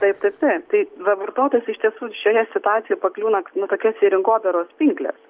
taip taip taip tai va vartotas iš tiesų šioje situacijoje pakliūna nu tokias į rinkodaros pinkles